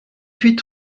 huit